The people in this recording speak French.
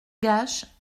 gaches